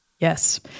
Yes